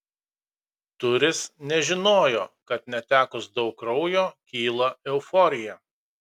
turis nežinojo kad netekus daug kraujo kyla euforija